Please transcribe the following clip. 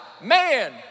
Man